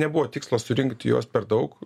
nebuvo tikslo surinkti jos per daug